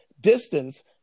distance